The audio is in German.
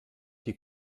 die